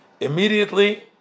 immediately